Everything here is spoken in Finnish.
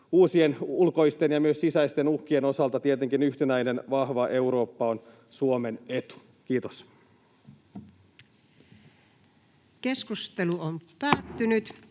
uusien ulkoisten ja myös sisäisten uhkien osalta tietenkin yhtenäinen vahva Eurooppa on Suomen etu. — Kiitos. [Speech 237]